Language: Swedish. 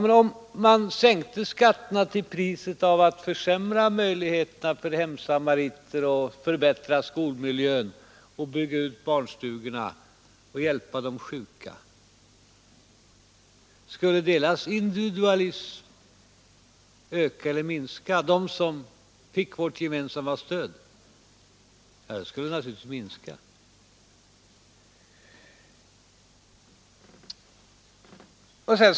Men om man sänkte skatterna till priset av försämrade möjligheter till hjälp av hemsamariter, till förbättrad skolmiljö, till utbyggnad av barnstugorna, till hjälp åt de sjuka — skulle då individualismen hos dem som tidigare fick vårt gemensamma stöd i den formen öka eller minska? Den skulle naturligtvis minska.